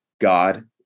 God